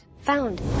Found